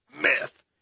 myth